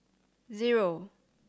zero